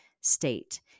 state